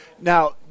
Now